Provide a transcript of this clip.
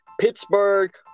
pittsburgh